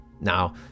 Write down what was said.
Now